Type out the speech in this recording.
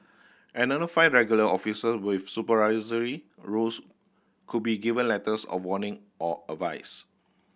another five regular officer with supervisory roles could be given letters of warning or advice